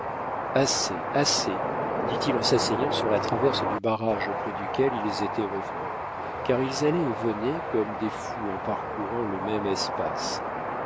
assez assez dit-il en s'asseyant sur la traverse du barrage auprès duquel ils étaient revenus car ils allaient et venaient comme des fous en parcourant le même espace